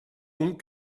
donc